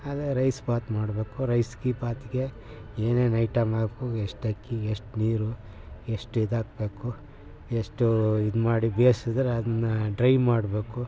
ಹಾಗೆಯೇ ರೈಸ್ ಬಾತು ಮಾಡಬೇಕು ರೈಸ್ ಗೀ ಬಾತಿಗೆ ಏನೇನು ಐಟಮ್ ಹಾಕ್ಬೇಕು ಎಷ್ಟು ಅಕ್ಕಿಗೆ ಎಷ್ಟು ನೀರು ಎಷ್ಟು ಇದಾಕಬೇಕು ಎಷ್ಟು ಇದು ಮಾಡಿ ಬೇಯ್ಸಿದ್ರೆ ಅದನ್ನ ಡ್ರೈ ಮಾಡಬೇಕು